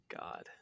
God